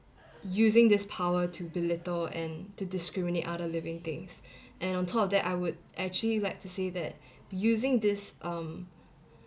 using this power to belittle and to discriminate other living things and on top of that I would actually like to say that using this um